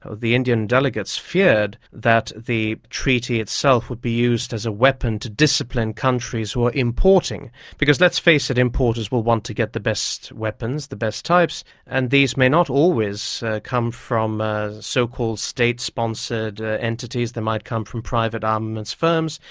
ah the indian delegates feared that the treaty itself would be used as a weapon to discipline countries who are importing because, let's face it, importers will want to get the best weapons the best types, and these may not always come from so-called state-sponsored entities, they might come from private armaments firms,